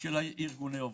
של ארגוני העובדים.